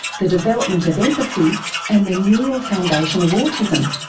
the development of empathy and the neural foundation of autism.